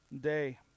day